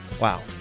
Wow